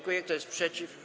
Kto jest przeciw?